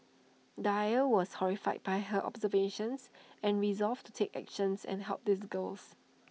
dyer was horrified by her observations and resolved to take actions and help these girls